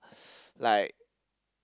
like